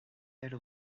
elle